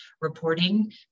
reporting